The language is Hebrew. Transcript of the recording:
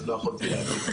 אז לא יכולתי להגיב.